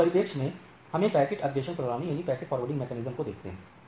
अब इस परिपेक्ष में हमें पैकेट अग्रेषण प्रणाली को देखते हैं